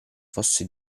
fosse